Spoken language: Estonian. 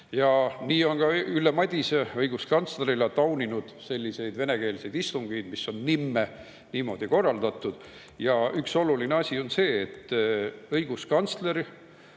Nii on ka Ülle Madise õiguskantslerina tauninud venekeelseid istungeid, mis on nimme niimoodi korraldatud. Ja üks oluline asi on see, et õiguskantsler